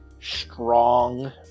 strong